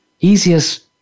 easiest